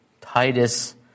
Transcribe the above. Titus